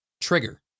Trigger